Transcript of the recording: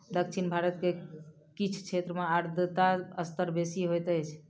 दक्षिण भारत के किछ क्षेत्र में आर्द्रता स्तर बेसी होइत अछि